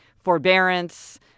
forbearance